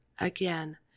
again